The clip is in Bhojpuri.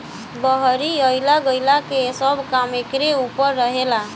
बहरी अइला गईला के सब काम एकरे ऊपर रहेला